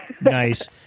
Nice